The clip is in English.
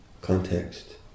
context